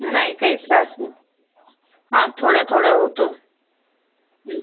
नाही काही त्रास नाही हां थोडा थोडा होतो